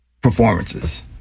performances